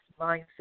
mindset